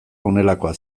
honelakoa